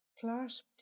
clasped